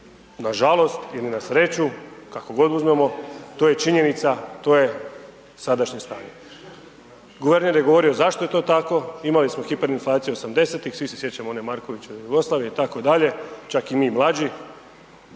nažalost ili na sreću kako god uzmemo, to je činjenica, to je sadašnje stanje. Guverner je govorio zašto je to tako, imali smo hiperinflaciju '80.-tih, svi se sjećamo one Markovićeve Jugoslavije itd., čak i mi mlađi